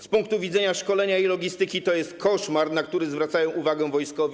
Z punktu widzenia szkolenia i logistyki to jest koszmar, na który zwracają uwagę wojskowi.